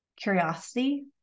curiosity